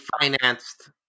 financed